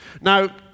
Now